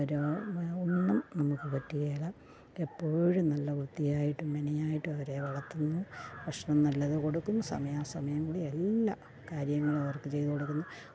ഓരോ ഒന്നും നമുക്ക് പറ്റുകയില്ല എപ്പോഴും നല്ല വൃത്തിയായിട്ടും മെനയായിട്ടും അവരെ വളർത്തുന്നു ഭക്ഷണം നല്ലതു കൊടുക്കുന്നു സമയാസമയങ്ങളിൽ എല്ലാ കാര്യങ്ങളും അവർക്ക് ചെയ്തു കൊടുക്കുന്നു